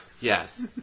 Yes